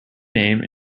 name